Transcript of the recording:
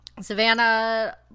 savannah